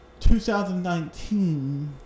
2019